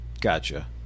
Gotcha